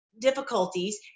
difficulties